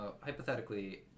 hypothetically